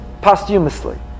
posthumously